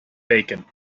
bacon